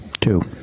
Two